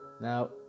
Now